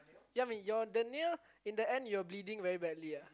yeah I mean your the nail in the end you're bleeding very badly ah